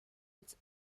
its